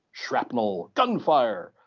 shrapnel! gunfire!